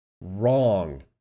Wrong